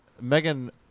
Megan